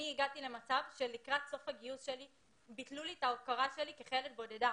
אני הגעתי למצב שלקראת סוף הגיוס שלי ביטלו לי את ההכרה כחיילת בודדה.